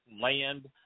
land